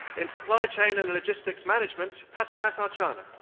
in supply chain and logistics management, patipat archana.